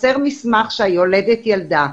חסר מסמך שהיולדת ילדה.